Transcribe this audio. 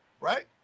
right